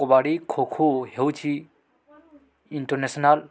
କବାଡ଼ି ଖୋଖୋ ହେଉଛି ଇଣ୍ଟରନ୍ୟାସନାଲ